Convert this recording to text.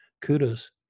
kudos